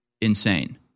Insane